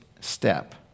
step